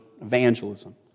evangelism